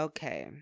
Okay